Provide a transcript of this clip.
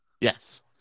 Yes